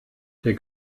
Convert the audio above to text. der